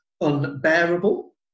unbearable